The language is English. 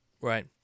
Right